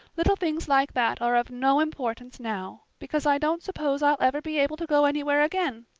little things like that are of no importance now because i don't suppose i'll ever be able to go anywhere again.